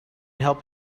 help